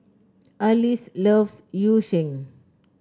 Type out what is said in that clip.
Arlis loves Yu Sheng